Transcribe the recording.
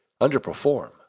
underperform